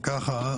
אם ככה,